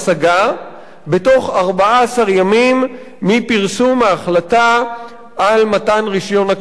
בתוך 14 ימים מפרסום ההחלטה על מתן רשיון הכריתה.